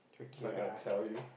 not gonna tell you